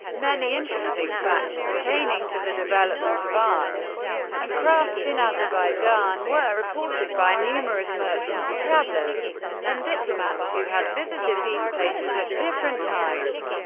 many interesting facts pertaining to the development of arts and crafts in azerbaijan were reported by numerous merchants, travelers and diplomats who had visited these places at different times.